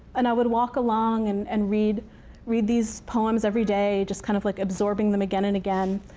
and i would walk along and and read read these poems every day, just kind of like absorbing them again and again.